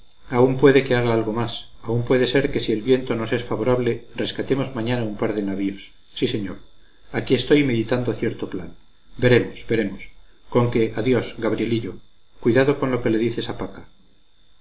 aún puede que haga algo más aún puede ser que si el viento nos es favorable rescatemos mañana un par de navíos sí señor aquí estoy meditando cierto plan veremos veremos con que adiós gabrielillo cuidado con lo que le dices a paca